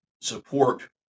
support